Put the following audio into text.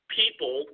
people